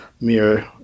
mirror